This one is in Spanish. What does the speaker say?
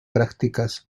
prácticas